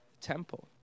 temple